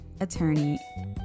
attorney